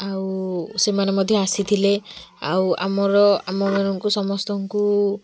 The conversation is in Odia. ଆଉ ସେମାନେ ମଧ୍ୟ ଆସିଥିଲେ ଆଉ ଆମର ଆମମାନଙ୍କୁ ସମସ୍ତଙ୍କୁ